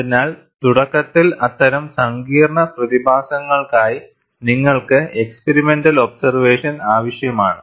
അതിനാൽ തുടക്കത്തിൽ അത്തരം സങ്കീർണ്ണ പ്രതിഭാസങ്ങൾക്കായി നിങ്ങൾക്ക് എക്സ്പെരിമെന്റൽ ഒബ്സെർവേഷൻ ആവശ്യമാണ്